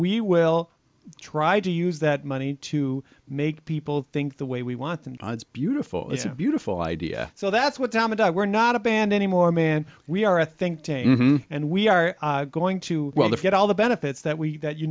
we will try to use that money to make people think the way we want and it's beautiful it's a beautiful idea so that's what tom and i were not a band anymore man we are a think tank and we are going to well look at all the benefits that we that you